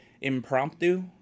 impromptu